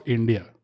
India